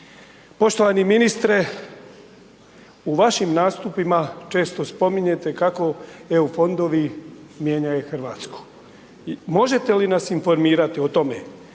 Poštovani ministre, u vašim nastupima često spominjete kako EU fondovi mijenjaju RH. Možete li nas informirati o tome